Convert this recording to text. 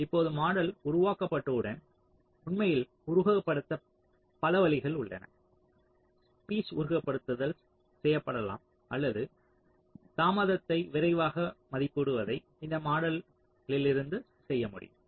இப்போது மாடல் உருவாக்கப்பட்டவுடன் உண்மையில் உருவகப்படுத்த பல வழிகள் உள்ளன ஸ்பீஸ் உருவகப்படுத்துதல் செய்யப்படலாம் அல்லது தாமதத்தை விரைவாக மதிப்பிடுவதை இந்த மாடலில் இருந்து செய்ய முடியும்